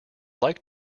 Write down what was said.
like